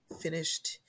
finished